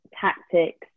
tactics